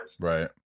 Right